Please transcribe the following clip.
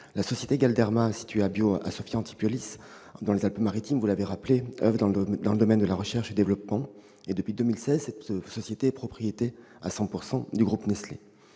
la société Galderma, située à Biot, à Sophia Antipolis, dans les Alpes-Maritimes, oeuvre dans le domaine de la recherche et développement. Depuis 2016, elle est propriété à 100 % du groupe Nestlé.